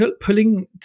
pulling